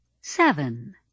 Seven